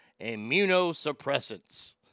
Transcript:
immunosuppressants